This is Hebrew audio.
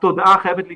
התודעה חייבת להשתנות,